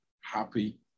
happy